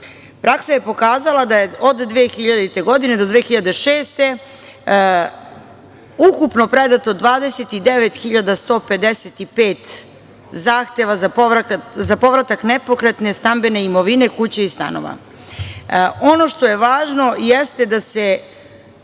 Praksa je pokazala da je od 2000. do 2006. godine ukupno predato 29.155 zahteva za povratak nepokretne stambene imovine, kuća i stanova. Ono što je važno jeste da se